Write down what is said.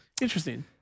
interesting